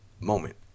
moment